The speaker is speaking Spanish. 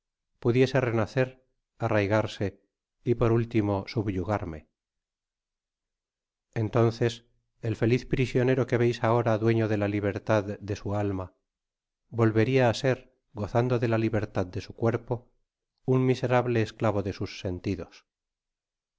pudiese renacer arraigarse y por último subyugarme entonces el feliz prisionero que veis ahora dueño de la libertad de su alma volveria a ser gozando de la libertad de su cuerpo un miserable esclavo de sus sentidos